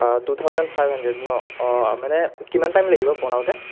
অঁ two thousand five hundred ন অঁ মানে কিমান টাইম লাগিব বনাওঁতে